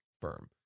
firm